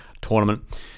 tournament